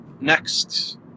Next